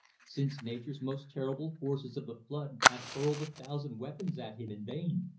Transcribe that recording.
since nature's most terrible forces of the flood have hurled a thousand weapons at him in vain.